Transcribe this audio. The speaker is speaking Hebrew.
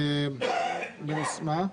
מיקי,